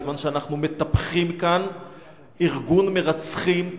בזמן שאנחנו מטפחים כאן ארגון מרצחים,